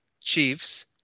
Chiefs